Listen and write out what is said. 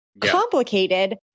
complicated